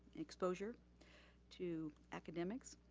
exposure to academics.